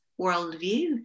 worldview